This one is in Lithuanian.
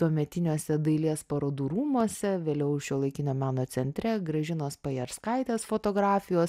tuometiniuose dailės parodų rūmuose vėliau šiuolaikinio meno centre gražinos pajarskaitės fotografijos